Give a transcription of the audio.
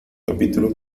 capítulo